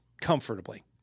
comfortably